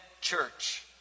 church